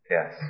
Yes